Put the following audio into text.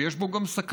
ויש בו גם סכנות.